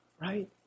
right